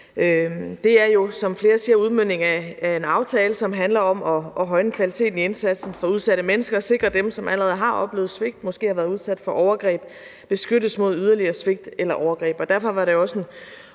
Det er jo, som flere siger, udmøntningen af en aftale, som handler om at højne kvaliteten i indsatsen for udsatte mennesker og sikre, at dem, som allerede har oplevet svigt, som måske har været udsat for overgreb, beskyttes mod yderligere svigt eller overgreb. Derfor var det også en